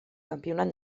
campionat